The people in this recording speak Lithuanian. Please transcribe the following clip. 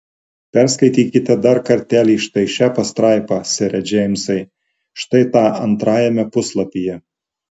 perskaitykite dar kartelį štai šią pastraipą sere džeimsai štai tą antrajame puslapyje